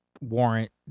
Warrant